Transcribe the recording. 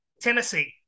Tennessee